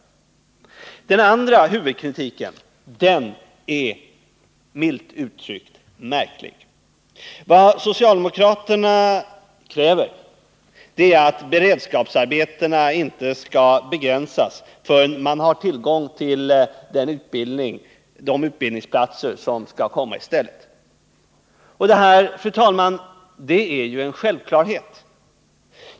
Den andra huvuddelen av kritiken är, milt uttryckt, märklig. Vad socialdemokraterna kräver är att beredskapsarbetena inte skall begränsas förrän man har tillgång till de utbildningsplatser som skall komma i stället. Detta, fru talman, är en självklarhet.